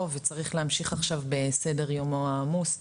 וצריך עכשיו להמשיך בסדר יומו העמוס.